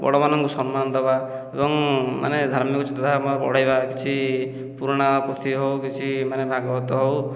ବଡ଼ ମାନଙ୍କୁ ସମ୍ମାନ ଦେବା ଏବଂ ମାନେ ଧାର୍ମିକ ଚିନ୍ତାଧାରା ଆମର ବଢ଼ାଇବା କିଛି ପୁରୁଣା ପୁସ୍ତିକ ହେଉ କିଛି ମାନେ ଭାଗବତ ହେଉ